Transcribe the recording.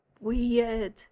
weird